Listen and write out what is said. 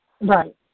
Right